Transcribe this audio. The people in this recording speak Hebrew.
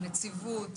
הנציבות,